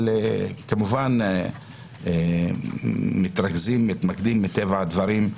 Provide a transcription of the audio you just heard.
אבל כמובן מתרכזים, מתמקדים, מטבע הדברים,